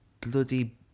bloody